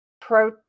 pro